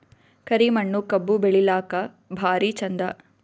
ಕರಿ ಮಣ್ಣು ಕಬ್ಬು ಬೆಳಿಲ್ಲಾಕ ಭಾರಿ ಚಂದ?